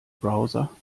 browser